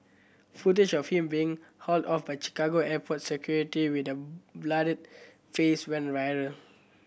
footage of him being hauled off by Chicago airport security with a bloodied face went viral